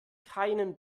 keinen